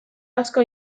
asko